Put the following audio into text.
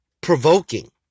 provoking